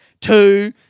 Two